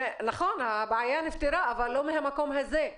נכון, הבעיה נפתרה אבל לא מהמקום הזה.